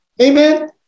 amen